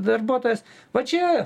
darbuotojas va čia